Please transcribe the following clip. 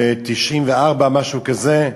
ב-1994, משהו כזה,